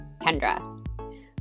Kendra